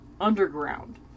underground